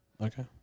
Okay